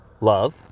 love